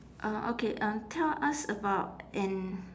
ah okay uh tell us about an